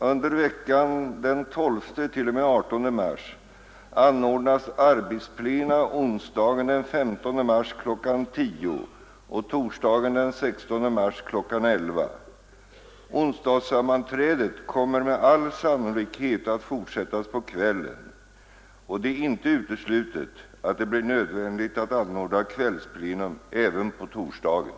Under veckan den 12—18 mars anordnas arbetsplena onsdagen den 15 mars kl. 10.00 och torsdagen den 16 mars kl. 11.00. Onsdagssammanträdet kommer med all sannolikhet att forsättas på kvällen och det är inte uteslutet att det blir nödvändigt att anordna kvällsplenum även på torsdagen.